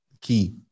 Key